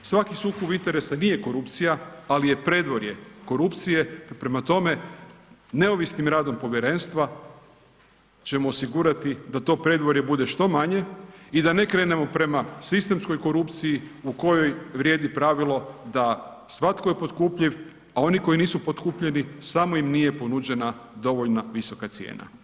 Svaki sukob interesa nije korupcija, al je predvorje korupcije, pa prema tome neovisnim radom povjerenstva ćemo osigurati da to predvorje bude što manje i da ne krenemo prema sistemskoj korupciji u kojoj vrijedi pravilo da svatko je potkupljiv, a oni koji nisu potkupljivi samo im nije ponuđena dovoljno visoka cijena.